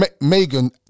Megan